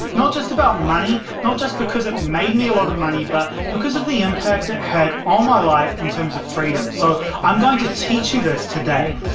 not just about money, not just because it made me a lot of money but because of the impact it had on my life in terms of freedom so i'm going to teach you this today.